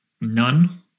none